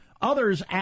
Others